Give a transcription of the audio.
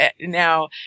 Now